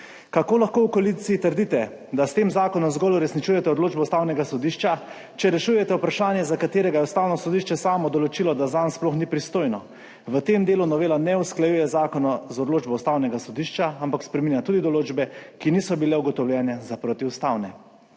Kako lahko v koaliciji trdite, da s tem zakonom zgolj uresničujete odločbo Ustavnega sodišča, če rešujete vprašanje, za katerega je Ustavno sodišče samo določilo, da zanj sploh ni pristojno? V tem delu novela ne usklajuje zakona z odločbo Ustavnega sodišča, ampak spreminja tudi določbe, ki niso bile ugotovljene za protiustavne.